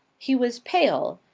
he was pale.